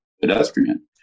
pedestrian